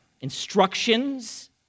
instructions